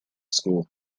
school